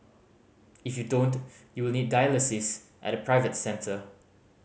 if you don't you will need dialysis at a private centre